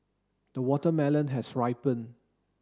the watermelon has ripen